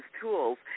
tools